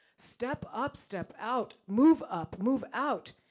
step up, step out, move up, move out.